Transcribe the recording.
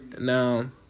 Now